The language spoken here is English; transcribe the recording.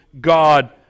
God